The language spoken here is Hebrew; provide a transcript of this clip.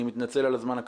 אני מתנצל על הזמן הקצר.